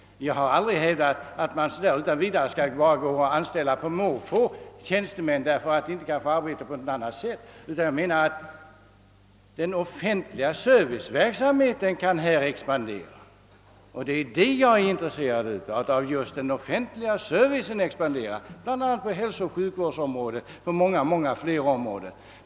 Jag har aldrig hävdat att man på måfå skall anställa tjänstemän, därför att de inte kan få arbete på annat sätt, utan jag menar att den offentliga serviceverksamheten kan expandera. Det är just av en sådan expansion, som jag är intresserad — det gäller hälsooch sjukvården och många fler områden.